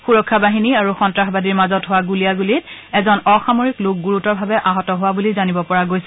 সুৰক্ষা বাহিনী আৰু সন্নাসবাদীৰ মাজত হোৱা গুলীয়াণ্ডলীত এজন অসামৰিক লোক গুৰুতৰভাৱে আহত হোৱা বুলি জানিব পৰা গৈছে